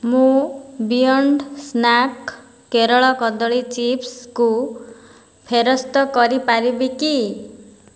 ମୁଁ Beyond Snack Kerala କଦଳୀ ଚିପ୍ସକୁ ଫେରସ୍ତ କରିପାରିବି କି